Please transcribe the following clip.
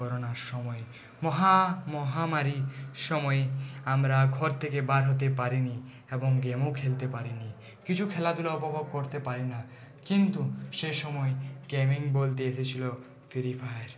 করোনার সময় মহা মহামারীর সময় আমরা ঘর থেকে বার হতে পারিনি এবং গেমও খেলতে পারিনি কিছু খেলাধুলা উপভোগ করতে পারিনা কিন্তু সে সময় গেমিং বলতে এসেছিলো ফ্রি ফায়ার